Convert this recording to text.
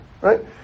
Right